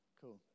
Cool